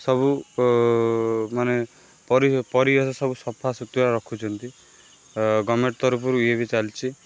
ସବୁ ମାନେ ପରି ପରିବେଶ ସବୁ ସଫା ସୁତୁରା ରଖୁଛନ୍ତି ଗଭର୍ଣ୍ଣମେଣ୍ଟ ତରଫରୁ ଇଏ ବି ଚାଲିଛି